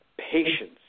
patience